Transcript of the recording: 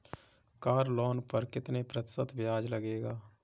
Car loan पर कितने प्रतिशत ब्याज लगेगा?